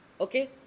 okay